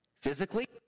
Physically